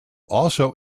also